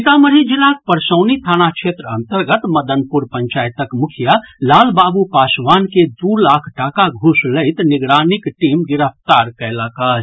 सीतामढ़ी जिलाक परसौनी थाना क्षेत्र अन्तर्गत मदनपुर पंचायतक मुखिया लाल बाबू पासवान के दू लाख टाका घूस लैत निगरानीक टीम गिरफ्तार कयलक अछि